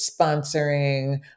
sponsoring